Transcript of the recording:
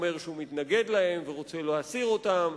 אומר שהוא מתנגד להם ורוצה להסיר אותם.